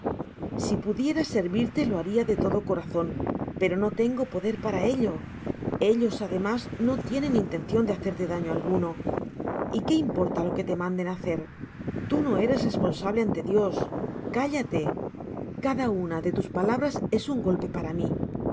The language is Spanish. si pudiera servirte lo haria de todo corazon pero no tengo poder para ello ellos además no tienen intencion de hacerte daño alguno y qué importalo que te manden hacer tú no eres responsable ante dios cállate cada una de tus palabras es un golpe para mi